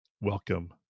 welcome